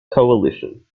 coalition